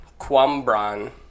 Quambran